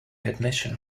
admission